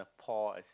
as